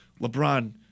LeBron